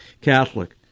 Catholic